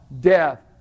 death